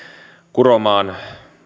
kuromaan